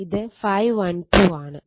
ഇത് ∅12 ആണ്